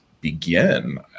begin